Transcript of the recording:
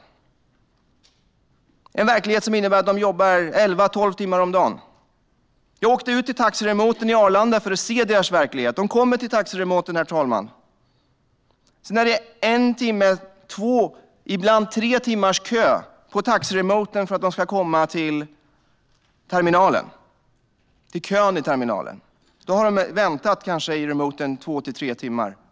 Det är en verklighet som innebär att de jobbar elva till tolv timmar om dagen. Jag åkte ut till taxiremoten i Arlanda för att se deras verklighet. De kommer till taxiremoten. Sedan är det en, två, ibland tre timmars kö på taxiremoten för att de ska komma till kön i terminalen. Då har de kanske väntat i remoten två till tre timmar.